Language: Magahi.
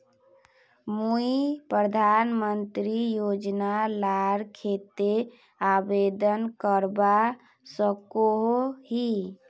मुई प्रधानमंत्री योजना लार केते आवेदन करवा सकोहो ही?